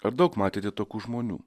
ar daug matėte tokių žmonių